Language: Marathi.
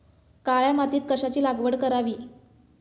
काळ्या मातीत कशाची लागवड करावी?